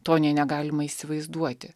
to nė negalima įsivaizduoti